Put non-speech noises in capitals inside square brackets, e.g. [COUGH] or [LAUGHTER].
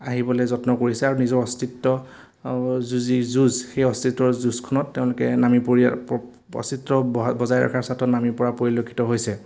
আহিবলৈ যত্ন কৰিছে আৰু নিজৰ অস্তিত্বৰ যি যুঁজ সেই অস্তিত্ব যুঁজখনত তেওঁলোকে নামি [UNINTELLIGIBLE] অস্তিত্ব বজাই ৰখাৰ [UNINTELLIGIBLE] নামিৰপৰা পৰিলক্ষিত হৈছে